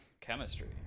chemistry